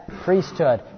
priesthood